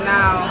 now